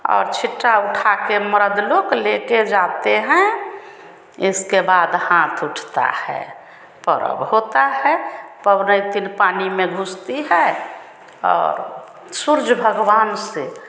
और छिट्टा उठाकर मरद लोग लेकर जाते हैं इसके बाद हाथ उठता है परब होता है पवनैतिन पानी में घुसती है और सूर्य भगवान से